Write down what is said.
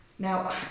Now